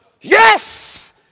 yes